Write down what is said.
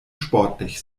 sportlich